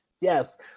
Yes